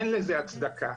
אין לזה הצדקה.